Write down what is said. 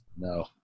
No